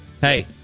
Hey